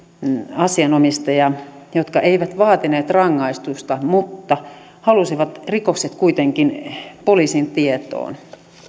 asianomistajia jotka eivät vaatineet rangaistusta mutta halusivat rikokset kuitenkin poliisin tietoon